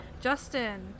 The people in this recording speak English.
Justin